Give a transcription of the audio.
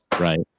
Right